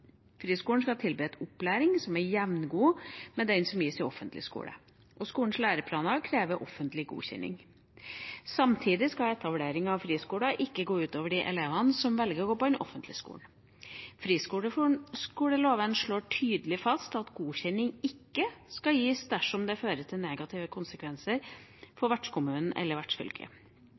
Friskolen skal tilby en opplæring som er jevngod med den som gis i offentlig skole, og skolens læreplaner krever offentlig godkjenning. Samtidig skal etablering av friskoler ikke gå ut over de elevene som velger å gå på den offentlige skolen. Friskoleloven slår tydelig fast at godkjenning ikke skal gis dersom det fører til negative konsekvenser for vertskommunen eller